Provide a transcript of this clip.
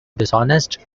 dishonest